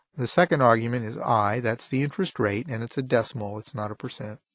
the second argument is i, that's the interest rate and it's a decimal, it's not a percent,